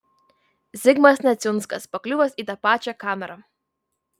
zigmas neciunskas pakliuvęs į tą pačią kamerą